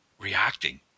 reacting